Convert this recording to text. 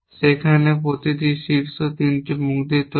যেখানে প্রতিটি শীর্ষ 3টি মুখ দিয়ে তৈরি